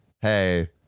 hey